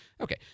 Okay